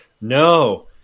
No